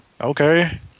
okay